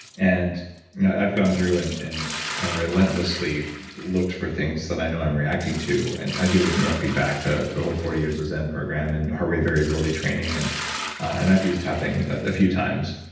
and i've gone through and and kind of relentlessly looked for things that i know i'm reacting to. and i do it with neurofeedback, the the whole forty years of zen program, and heart rate variability training, and and i've used tapping a few times.